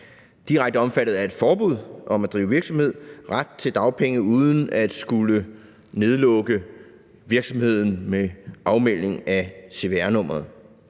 direkte omfattet af et forbud mod at drive virksomhed, ret til dagpenge uden at skulle lukke virksomheden med afmelding af cvr-nummeret.